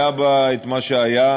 היה את מה שהיה,